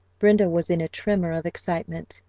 brenda was in a tremor of excitement.